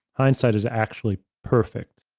hindsight is actually perfect.